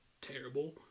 Terrible